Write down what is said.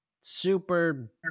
super-